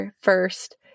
first